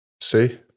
See